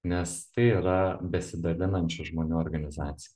nes tai yra besidalinančių žmonių organizacija